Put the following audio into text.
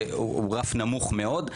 שהוא רף נמוך מאוד,